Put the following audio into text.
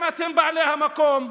אם אתם בעלי המקום,